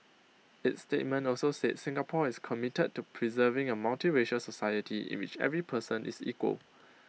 its statement also said Singapore is committed to preserving A multiracial society in which every person is equal